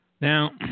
Now